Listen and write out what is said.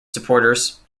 supporters